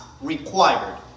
required